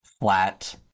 flat